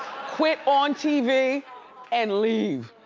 quit on tv and leave.